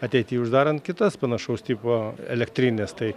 ateity uždarant kitas panašaus tipo elektrines tai